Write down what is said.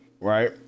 right